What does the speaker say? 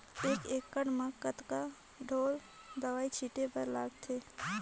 एक एकड़ म कतका ढोल दवई छीचे बर लगथे?